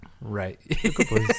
Right